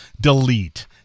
delete